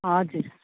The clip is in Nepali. हजुर